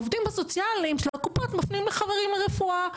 העובדים הסוציאליים של הקופות מפנים ל"חברים לרפואה",